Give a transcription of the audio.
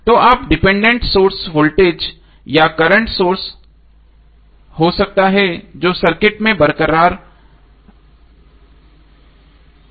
तो dependent source voltage या current source हो सकता है जो सर्किट में बरकरार रहना चाहिए